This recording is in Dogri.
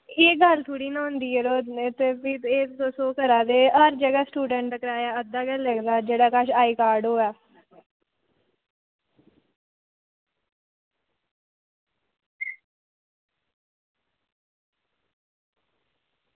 एह् गल्ल थोह्ड़े ना होंदी ऐ भी तुस एह् करा दे जेह्ड़ा स्टूडेंट दा किराया अद्धा गै लैना जेह्दे कश आईकार्ड होऐ